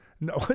no